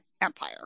Empire